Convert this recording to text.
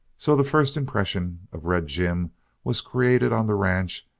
so the first impression of red jim was created on the ranch,